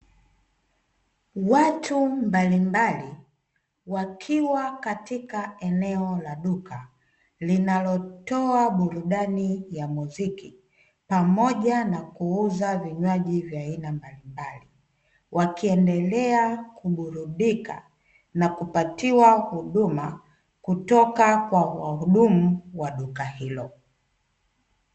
Watu mbalimbali wakiwa katika eneo la duka, linalotoa burudani ya muziki pamoja na kuuza vinywaji vya aina mbalimbali, wakiendelea kuburudika na kupatiwa huduma, kutoka kwa wahudumu wa duka hilo.